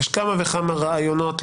יש כמה וכמה רעיונות.